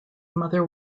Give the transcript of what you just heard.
mother